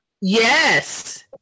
yes